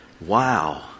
Wow